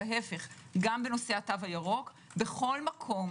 גם בנושא התו הירוק בכל מקום,